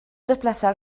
desplaçar